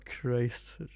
christ